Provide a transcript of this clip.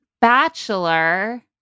bachelor